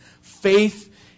Faith